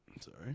Sorry